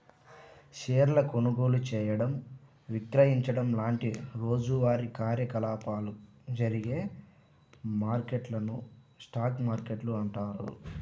షేర్ల కొనుగోలు చేయడం, విక్రయించడం లాంటి రోజువారీ కార్యకలాపాలు జరిగే మార్కెట్లను స్టాక్ మార్కెట్లు అంటారు